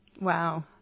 Wow